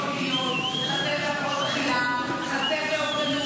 חסר בתקיפות מיניות, חסר בהפרעות אכילה, חסר, לא.